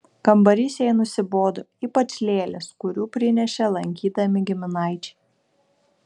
kambarys jai nusibodo ypač lėlės kurių prinešė lankydami giminaičiai